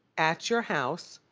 at your house.